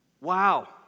Wow